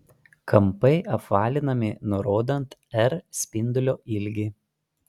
kampai apvalinami nurodant r spindulio ilgį